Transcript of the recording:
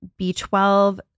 B12